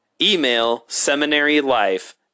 emailseminarylife